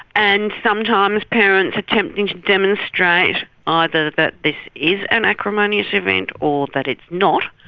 and sometimes parents attempting to demonstrate ah either that that this is an acrimonious event or that it's not,